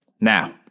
Now